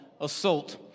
assault